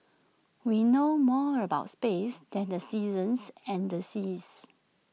we know more about space than the seasons and the seas